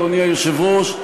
אדוני היושב-ראש,